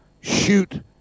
shoot